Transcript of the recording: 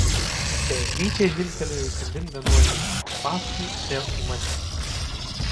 beatričė žvilgtelėjo įkandin vienuolei paskui vėl į mane